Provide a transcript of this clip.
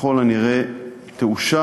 ככל הנראה היא תאושר,